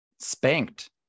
spanked